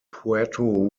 puerto